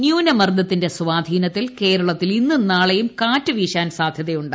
ന്യൂനമർദത്തിന്റെ സ്വാധീനത്തിൽ കേരളത്തിൽ ഇന്നും നാളെയും കാറ്റ് വീശാൻ സാധ്യതയുണ്ട്